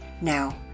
Now